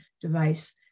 device